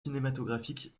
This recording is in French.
cinématographiques